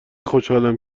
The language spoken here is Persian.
خوشحالم